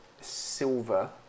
silver